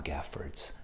Gaffords